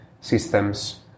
systems